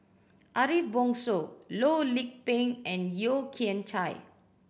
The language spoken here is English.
Ariff Bongso Loh Lik Peng and Yeo Kian Chye